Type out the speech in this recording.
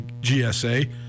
GSA